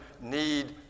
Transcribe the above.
need